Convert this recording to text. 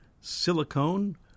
silicone